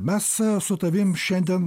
mes su tavim šiandien